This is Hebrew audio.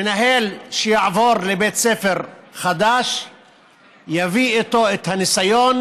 מנהל שיעבור לבית ספר חדש יביא איתו את הניסיון